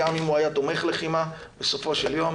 גם אם הוא היה תומך לחימה בסופו של יום